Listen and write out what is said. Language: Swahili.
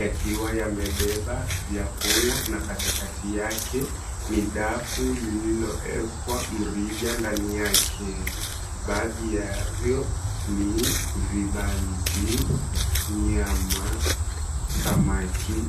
yakiwa yamebeba vyakula na katikati yake ni dafu lililoekwa mrija ndani yake. Baadhi yavyo ni vibanzi, nyama, samaki.